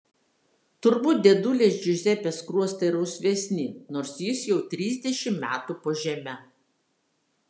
turbūt dėdulės džiuzepės skruostai rausvesni nors jis jau trisdešimt metų po žeme